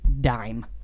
dime